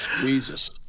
Jesus